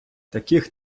таких